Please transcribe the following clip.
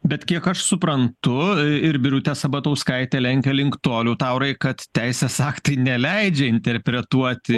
bet kiek aš suprantu ir birutė sabatauskaitė lenkia link to liutaurai kad teisės aktai neleidžia interpretuoti